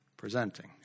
Presenting